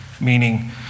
meaning